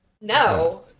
No